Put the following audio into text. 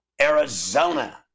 Arizona